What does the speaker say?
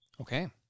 Okay